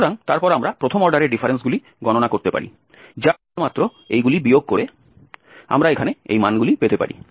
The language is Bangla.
সুতরাং তারপর আমরা প্রথম অর্ডারের ডিফারেন্সগুলি গণনা করতে পারি যা কেবলমাত্র এইগুলি বিয়োগ করে আমরা এখানে এই মানগুলি পেতে পারি